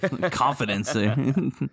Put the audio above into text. Confidence